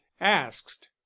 asked